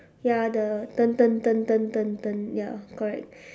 ya the turn turn turn turn turn turn ya correct